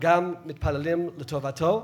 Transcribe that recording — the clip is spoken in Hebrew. וגם מתפללים לטובתו,